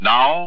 Now